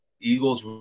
Eagles